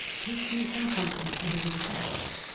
take you some company, and away to horse!